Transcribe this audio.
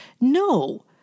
No